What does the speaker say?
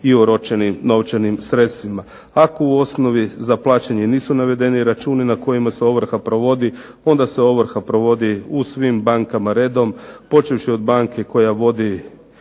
i oročenim novčanim sredstvima. Ako u osnovi za plaćanje nisu navedeni računi na kojima se ovrha provodi onda se ovrha provodi u svim bankama redom počevši od banke koja vodi